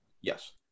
Yes